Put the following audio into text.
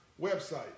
website